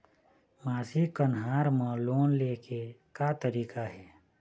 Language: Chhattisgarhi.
मासिक कन्हार म लोन ले के का तरीका हे?